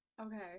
Okay